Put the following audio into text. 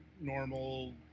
normal